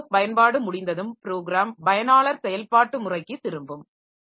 அந்த ரிசோர்ஸ் பயன்பாடு முடிந்ததும் ப்ரோகிராம் பயனாளர் செயல்பாட்டு முறைக்குத் திரும்பும்